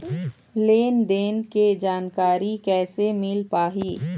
लेन देन के जानकारी कैसे मिल पाही?